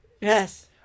Yes